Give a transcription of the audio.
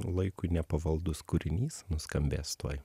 laikui nepavaldus kūrinys nuskambės tuoj